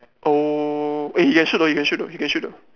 oh eh he can shoot though he can shoot though he can shoot though